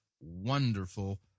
wonderful